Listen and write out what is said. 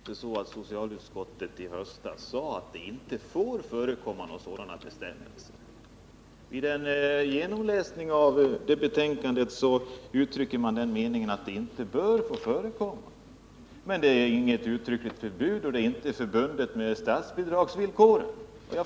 Herr talman! Socialutskottet sade inte i höstas att det inte får förekomma diskriminerande bestämmelser. Man uttryckte den meningen att sådana bestämmelser inte bör förekomma. Det är alltså inte fråga om ett uttryckligt förbud, och inget villkor är förbundet med statsbidraget.